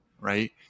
right